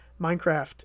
Minecraft